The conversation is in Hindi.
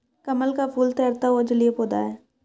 कमल का फूल तैरता हुआ जलीय पौधा है